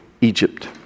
Egypt